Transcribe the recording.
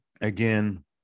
Again